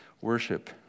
worship